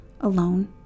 alone